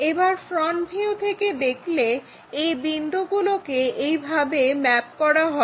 এবার front view থেকে দেখলে এই বিন্দুগুলোকে এইভাবে ম্যাপ করা হবে